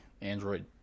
Android